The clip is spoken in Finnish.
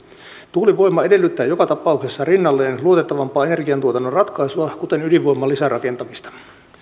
tuulivoima edellyttää joka tapauksessa rinnalleen luotettavampaa energiantuotannon ratkaisua kuten ydinvoiman lisärakentamista